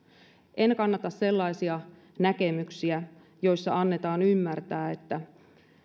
en kannata sellaisia näkemyksiä joissa annetaan ymmärtää että